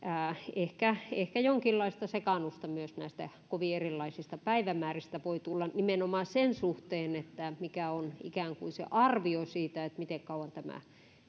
ehkä ehkä jonkinlaista sekaannusta myös näistä kovin erilaisista päivämääristä voi tulla nimenomaan sen suhteen mikä on ikään kuin se arvio siitä miten kauan tämä